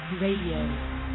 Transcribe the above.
RADIO